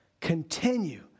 continue